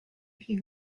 hear